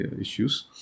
issues